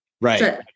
right